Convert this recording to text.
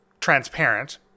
transparent